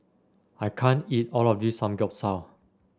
I can't eat all of this Samgyeopsal